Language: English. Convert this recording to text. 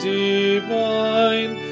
divine